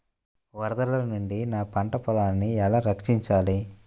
వరదల నుండి నా పంట పొలాలని ఎలా రక్షించాలి?